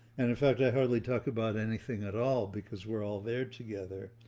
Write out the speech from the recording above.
and in fact, i hardly talk about anything at all, because we're all there together.